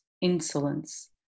insolence